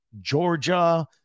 Georgia